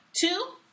Two